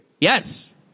Yes